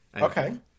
Okay